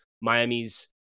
Miami's